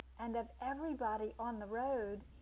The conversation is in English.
and of everybody on the road,